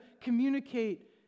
communicate